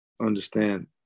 understand